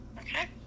Okay